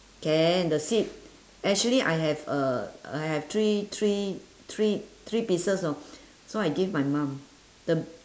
can the seed actually I have uh I have three three three three pieces know so I give my mum the